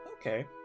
Okay